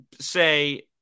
say